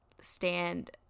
stand